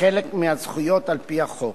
חלק מהזכויות על-פי החוק.